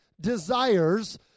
desires